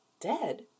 Dead